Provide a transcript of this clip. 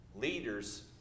Leaders